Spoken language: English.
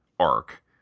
arc